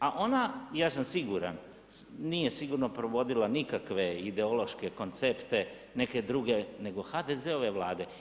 A ona, ja sam siguran, nije sigurno provodila nikakve ideološke koncepte, neke druge nego HDZ-ove Vlade.